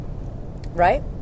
right